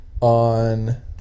on